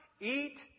eat